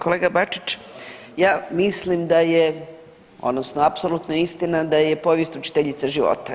Kolega Bačić, ja mislim da je odnosno apsolutno je istina da je povijest učiteljica života.